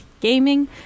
Gaming